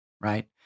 right